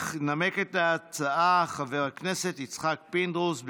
ינמק את ההצעה חבר הכנסת יצחק פינדרוס.